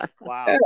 wow